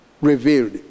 revealed